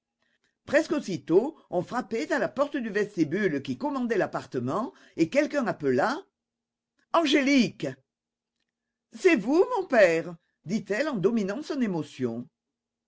presque aussitôt on frappait à la porte du vestibule qui commandait l'appartement et quelqu'un appela angélique c'est vous mon père dit-elle en dominant son émotion